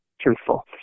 truthful